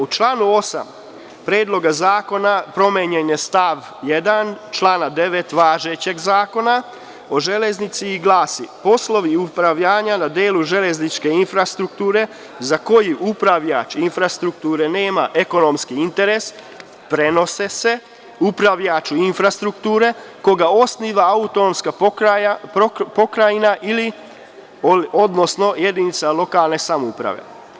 U članu 8. Predloga zakona promenjen je stav 1. član 9. važećeg Zakona o železnici i glasi: „Poslovi upravljanja na delu železničke infrastrukture za koje upravljač infrastrukture nema ekonomski interes, prenose se upravljaču infrastrukture koga osniva AP, odnosno jedinica lokalne samouprave“